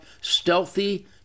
stealthy